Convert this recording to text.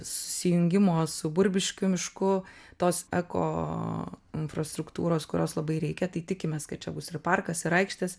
susijungimo su burbiškių mišku tos eko infrastruktūros kurios labai reikia tai tikimės kad čia bus ir parkas ir aikštės